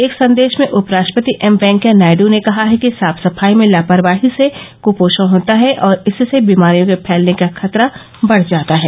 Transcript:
एक संदेश में उपराष्ट्रपति एम वेंकैया नायडू ने कहा है कि साफ सफाई में लापरवाही से कुपोषण होता है और इससे बीमारियों के फैलने का खतरा बढ़ जाता है